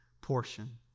portion